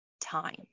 time